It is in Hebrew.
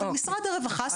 אבל משרד הרווחה סובר אחרת.